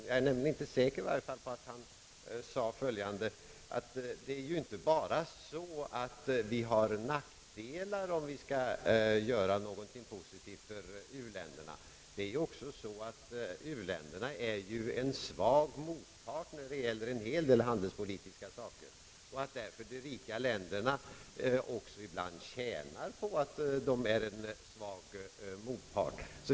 Jag är nämligen inte säker på att han framhöll, att det inte är bara nackdelar för oss om vi skall göra någonting positivt. U-länderna är ju en svag motpart när det gäller en hel del handelspolitiska saker, och de rika länderna tjänar därför ibland på detta.